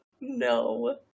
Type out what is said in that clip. no